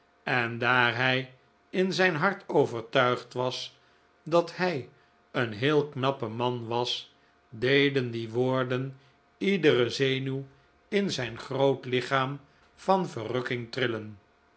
en daar hij in zijn hart overtuigd was dat hij een heel knappe man was deden die woorden iedere zenuw in zijn groot lichaam van verrukking